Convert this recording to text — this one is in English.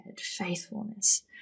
faithfulness